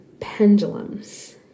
Pendulums